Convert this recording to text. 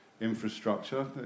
infrastructure